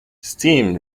steam